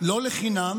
לא לחינם